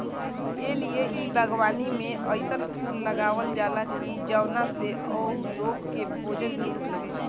ए लिए इ बागवानी में अइसन फूल लगावल जाला की जवना से उ लोग के भोजन मिल सके